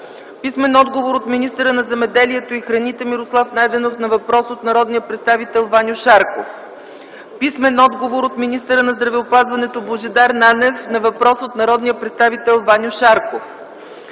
писмен отговор от министъра на земеделието и храните Мирослав Найденов на въпрос от народния представител Ваньо Шарков; - писмен отговор от министъра на здравеопазването Божидар Нанев на въпрос от народния представител Ваньо Шарков;